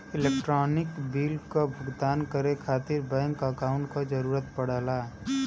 electronic bill क भुगतान करे खातिर बैंक अकांउट क जरूरत पड़ला